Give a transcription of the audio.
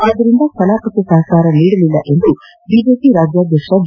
ಆದ್ದರಿಂದ ಕಲಾಪಕ್ಕೆ ಸಹಕಾರ ನೀಡಲಿಲ್ಲ ಎಂದು ಬಿಜೆಪಿ ರಾಜ್ಯಾಧ್ಯಕ್ಷ ಬಿ